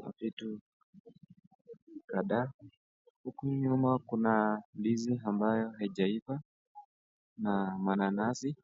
na vitu kadhaa. Huku nyuma kuna nidzi ambayo haijaifa na mananasi.